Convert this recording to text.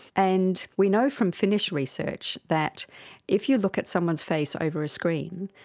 and we know from finnish research that if you look at someone's face over a screen,